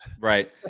Right